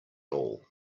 all